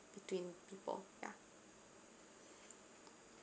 between people ya